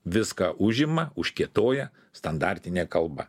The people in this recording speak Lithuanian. viską užima užkietoja standartinė kalba